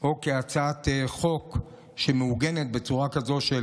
או כהצעת חוק שמעוגנת בצורה כזאת של